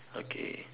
okay